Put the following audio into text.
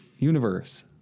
universe